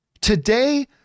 Today